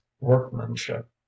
workmanship